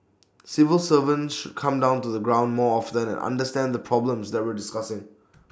civil servants should come down to the ground more often understand the problems that we're discussing